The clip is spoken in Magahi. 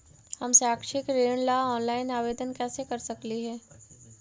हम शैक्षिक ऋण ला ऑनलाइन आवेदन कैसे कर सकली हे?